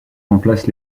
remplacent